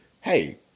hey